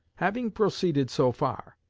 having proceeded so far,